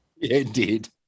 Indeed